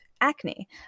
acne